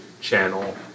channel